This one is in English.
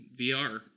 VR